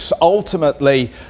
Ultimately